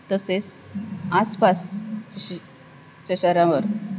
तसेच आसपास च्या शहरांवर